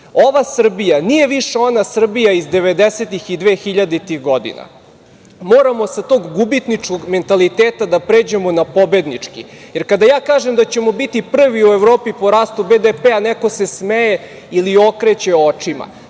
Ova Srbija nije više ona Srbija iz devedesetih i dvehiljaditih godina. Moramo sa tog gubitničkog mentaliteta da pređemo na pobednički. Jer, kada ja kažem da ćemo biti prvi u Evropi po rastu BDP-a, neko se smeje ili okreće očima.